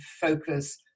focus